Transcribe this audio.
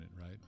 right